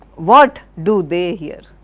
what do they here?